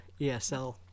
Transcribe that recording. ESL